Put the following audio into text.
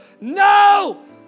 No